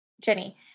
Jenny